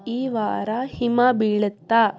ಈ ವಾರ ಹಿಮ ಬೀಳತ್ತಾ